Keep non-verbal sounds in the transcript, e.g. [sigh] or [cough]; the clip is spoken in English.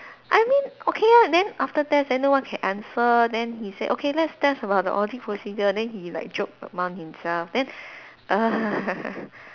I mean okay ah then after test then no one can answer then he said okay let's test about the audit procedure then he like joke among himself then [noise]